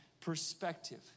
perspective